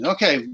Okay